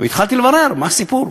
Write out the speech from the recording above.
התחלתי לברר מה הסיפור,